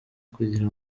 kugira